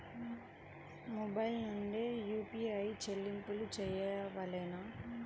Mobile నుండే UPI చెల్లింపులు చేయవలెనా?